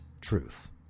truth